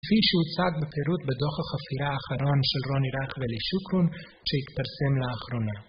כפי שהוצג בפירוט בדו״ח החפירה האחרון של רוני רייך ואלי שוקרון, שהתפרסם לאחרונה.